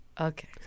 Okay